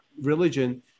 religion